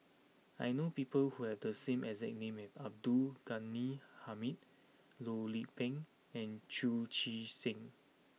I know people who have the same exact name as Abdul Ghani Hamid Loh Lik Peng and Chu Chee Seng